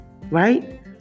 Right